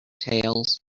tales